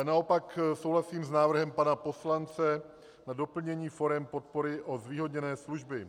Naopak souhlasím s návrhem pana poslance na doplnění forem podpory o zvýhodněné služby.